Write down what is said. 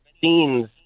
scenes